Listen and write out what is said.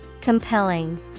Compelling